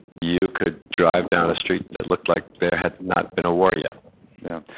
you could drive down a street that looked like there had not been a war yet yeah.